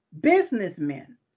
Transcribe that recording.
businessmen